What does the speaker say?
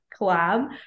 collab